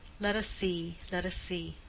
let us see, let us see.